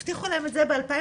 הבטיחו להם את זה ב-2011,